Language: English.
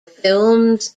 films